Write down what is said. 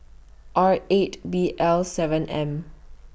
R eight B L seven M